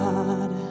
God